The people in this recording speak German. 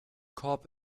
korb